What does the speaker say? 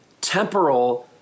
temporal